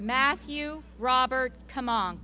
matthew robert come on